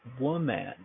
Woman